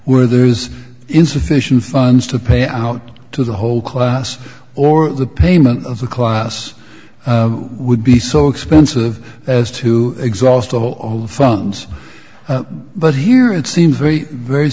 where there is insufficient funds to pay out to the whole class or the payment of the class would be so expensive as to exhaust all all the funds but here it seems very very